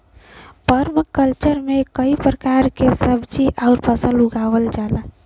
permaculture में कई प्रकार के सब्जी आउर फसल उगावल जाला